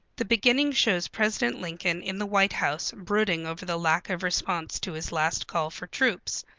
the beginning shows president lincoln in the white house brooding over the lack of response to his last call for troops.